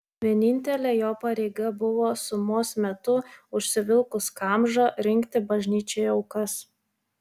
vienintelė jo pareiga buvo sumos metu užsivilkus kamžą rinkti bažnyčioje aukas